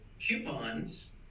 coupons